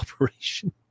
operation